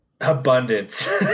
Abundance